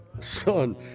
Son